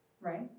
right